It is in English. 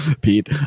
Pete